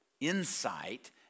insight